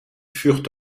furent